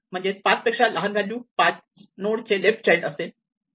म्हणजेच 5 पेक्षा लहान व्हॅल्यू 5 नोड चे लेफ्ट चाइल्ड असेल